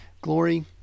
glory